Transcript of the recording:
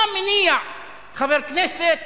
מה מניע חבר כנסת